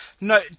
No